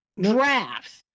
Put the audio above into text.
drafts